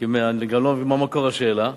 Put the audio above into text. כי, מה מקור השאלה.